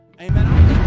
Amen